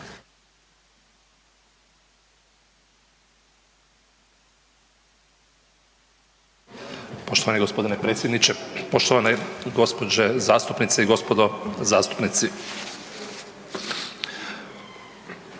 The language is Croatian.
Poštovani gospodine predsjedniče, poštovane gospođe zastupnice i gospodo zastupnici,